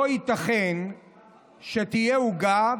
לא ייתכן שתהיה עוגה,